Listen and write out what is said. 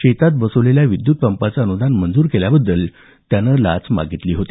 शेतात बसवलेल्या विद्युत पंपाचं अनुदान मंजूर केल्याबद्दल त्यानं ही लाच मागितली होती